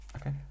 Okay